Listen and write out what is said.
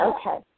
Okay